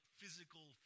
physical